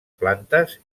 plantes